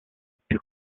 plus